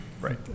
Right